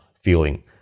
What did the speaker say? feeling